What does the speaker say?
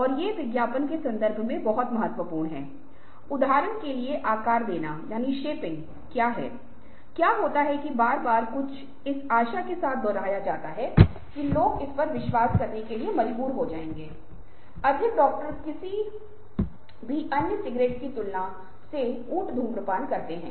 एक और हिस्सा यह है कि आप अपने आप को कैसे शुद्ध कर रहे हैं कैसे आप निश्काम कर्म टुकड़ी शांति शांति में अभ्यास अहिंसा के सिद्धांतों का पालन करके खुद को सुधार रहे हैं